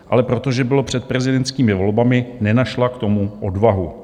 Ale protože bylo před prezidentskými volbami, nenašla k tomu odvahu.